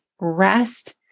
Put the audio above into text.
rest